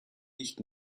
nicht